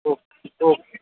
okay okay okay